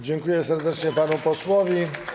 Dziękuję serdecznie panu posłowi.